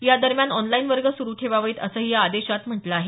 या दरम्यान ऑनलाईन वर्ग सुरु ठेवावेत असंही या आदेशात म्हटलं आहे